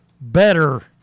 better